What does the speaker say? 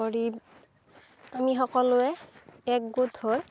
কৰি আমি সকলোৱে এক গোট হৈ